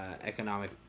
economic